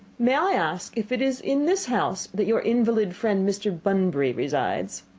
may i ask if it is in this house that your invalid friend mr. bunbury resides?